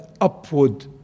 upward